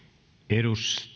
arvoisa